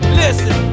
listen